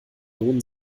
lohnen